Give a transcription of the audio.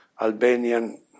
Albanian